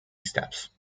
steps